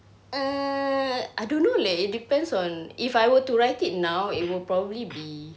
mm I don't know leh it depends on if I were to write it now it will probably be